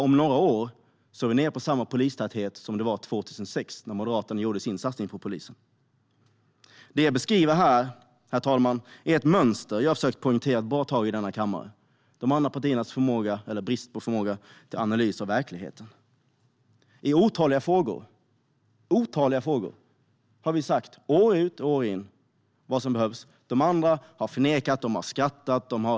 Om några år är vi nere på samma polistäthet som 2006 när Moderaterna gjorde sin satsning på polisen. Det jag beskriver här, herr talman, är ett mönster som jag under ett bra tag har försökt att poängtera i kammaren, nämligen de andra partiernas förmåga, eller brist på förmåga, till analys av verkligheten. I otaliga frågor har vi år ut och år in sagt vad som behövs. De andra har förnekat det och skrattat åt oss.